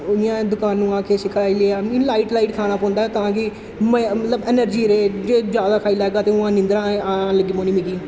उइ'यां दकानों दा किश खाई लेआ इ'यां लाइट लाइट खाना पौंदा ताकि मजा मतलब अनर्जी रेह् जे जैदा खाई लैगा ते उ'आं नींदर आन लगी पौनी मिगी